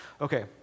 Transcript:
Okay